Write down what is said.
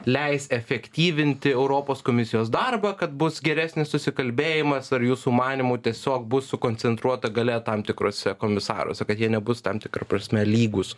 leis efektyvinti europos komisijos darbą kad bus geresnis susikalbėjimas ar jūsų manymu tiesiog bus sukoncentruota galia tam tikruose komisaruose kad jie nebus tam tikra prasme lygūs